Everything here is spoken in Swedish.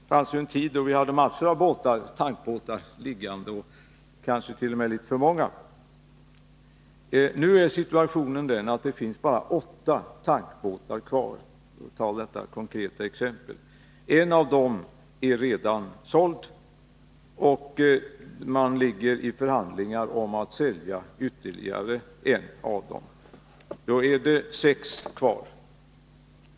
Det fanns en tid då vi hade massor av tankbåtar liggande — kanske t.o.m. för många. Nu är situationen den att det bara finns åtta tankbåtar kvar. En av dem är redan såld, och det pågår förhandlingar om att sälja ytterligare en. Då är det sex kvar.